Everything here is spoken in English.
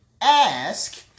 ask